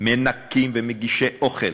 מנקים ומגישי אוכל